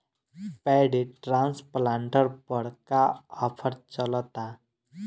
Paddy transplanter पर का offer चलता?